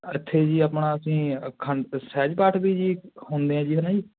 ਇੱਥੇ ਜੀ ਆਪਣਾ ਅਸੀਂ ਅਖੰਡ ਸਹਿਜ ਪਾਠ ਵੀ ਜੀ ਹੁੰਦੇ ਹੈ ਜੀ ਹੈ ਨਾ ਜੀ